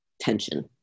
tension